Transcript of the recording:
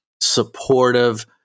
supportive